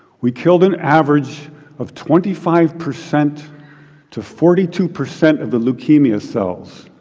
we killed an average of twenty five percent to forty two percent of the leukemia cells,